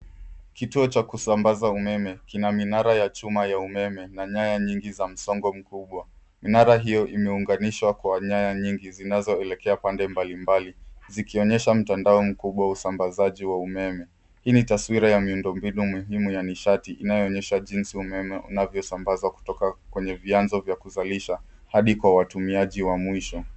Kituo cha kusambaza umeme kina minara ya chuma ya umeme na nyaya nyingi za msongo mkubwa. Minara hiyo imeunganishwa kwa nyaya nyingi zinazoelekea pande mbalimbali zikionyesha mtandao mkubwa wa usambazaji wa umeme. Hii ni taswira ya miunddombinu muhimu ya nishati inayoonyesha jinsi umeme unavyosambazwa kutoka kwenye vianzo vya kuzalisha hadi kwa watumiaji wa mwisho.